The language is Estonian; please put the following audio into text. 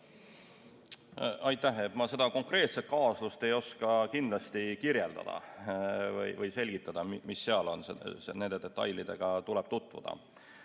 Aitäh! Ma seda konkreetset kaasust ei oska kindlasti kirjeldada või selgitada, mis seal on, nende detailidega tuleb tutvuda.